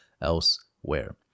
elsewhere